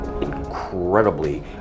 incredibly